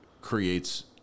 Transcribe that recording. creates